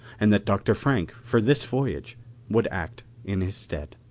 and that dr. frank for this voyage would act in his stead.